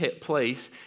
place